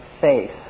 faith